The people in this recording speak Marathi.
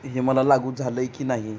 हे मला लागू झालं आहे की नाही